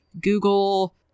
google